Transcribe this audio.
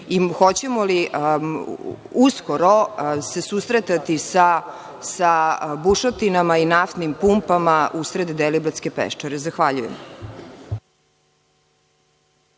Hoćemo li uskoro se susretati sa bušotinama i naftnim pumpama usred Deliblatske peščare? Zahvaljujem.